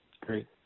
great